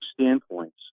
standpoints